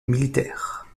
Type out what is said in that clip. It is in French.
militaire